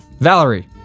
Valerie